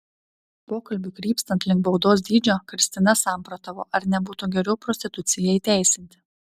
pokalbiui krypstant link baudos dydžio kristina samprotavo ar nebūtų geriau prostituciją įteisinti